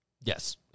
Yes